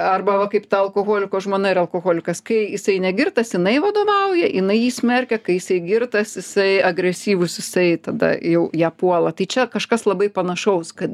arba va kaip ta alkoholiko žmona ir alkoholikas kai jisai negirtas jinai vadovauja jinai jį smerkia kai jisai girtas jisai agresyvus jisai tada jau ją puola tai čia kažkas labai panašaus kad